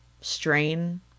strain